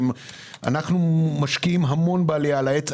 אנחנו משקיעים המון בעלייה על העץ,